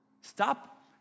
stop